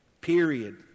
Period